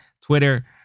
Twitter